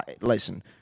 Listen